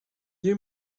you